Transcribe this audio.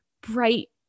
bright